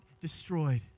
destroyed